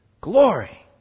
Glory